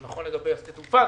זה נכון לגבי שדה התעופה,